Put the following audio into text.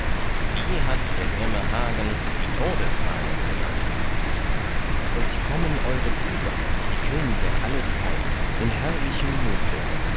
die hat der grimme hagen die todesreise genannt es kommen eure brüder die könge alle drei in herrlichem mute